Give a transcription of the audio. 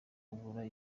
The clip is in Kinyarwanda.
kugura